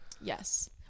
Yes